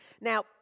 Now